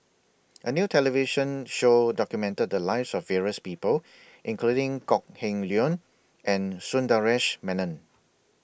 A New television Show documented The Lives of various People including Kok Heng Leun and Sundaresh Menon